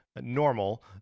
normal